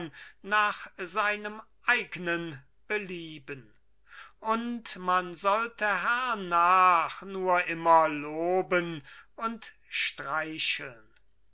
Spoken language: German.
nach seinem eignen belieben und man sollte hernach nur immer loben und streicheln